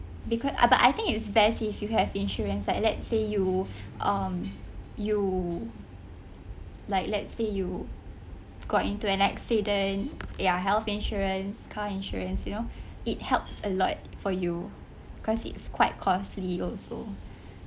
because uh but I think it's best if you have insurance like let's say you um you like let's say you got into an accident ya health insurance car insurance you know it helps a lot for you cause it's quite costly also